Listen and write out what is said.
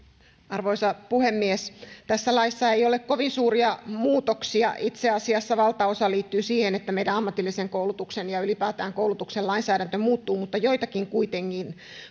arvoisa puhemies tässä laissa ei ole kovin suuria muutoksia itse asiassa valtaosa liittyy siihen että meidän ammatillisen koulutuksen ja ylipäätään koulutuksen lainsäädäntö muuttuu mutta joitakin kuitenkin